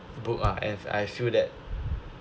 book ah as I feel that